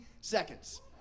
seconds